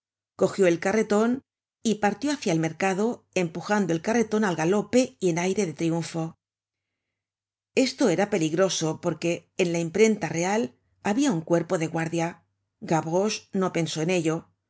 cogió el carreton y partió hácia el mercado empujando el carreton al galope y en aire de triunfo esto era peligroso porque en la imprenta real habia un cuerpo de guardia gavroche no pensó en ello